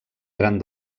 gran